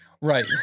Right